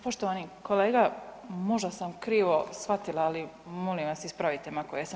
Poštovani kolega možda sam krivo shvatila, ali molim vas ispravite me ako jesam.